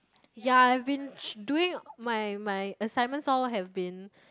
ya have been ch~ doing my my assignments all have been